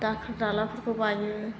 दाखोर दालाफोरखौ बायो